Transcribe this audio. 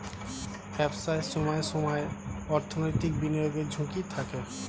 ব্যবসায় সময়ে সময়ে অর্থনৈতিক বিনিয়োগের ঝুঁকি থাকে